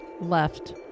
left